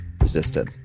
resisted